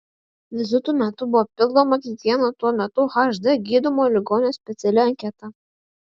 vizitų metu buvo pildoma kiekvieno tuo metu hd gydomo ligonio speciali anketa